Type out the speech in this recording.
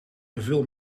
teveel